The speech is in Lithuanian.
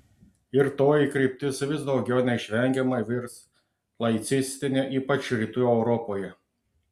ir toji kryptis vis daugiau neišvengiamai virs laicistine ypač rytų europoje